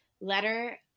letter